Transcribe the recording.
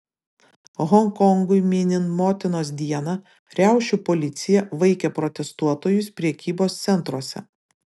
honkongui minint motinos dieną riaušių policija vaikė protestuotojus prekybos centruose